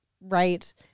right